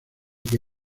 que